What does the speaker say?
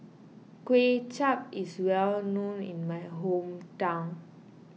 Kway Chap is well known in my hometown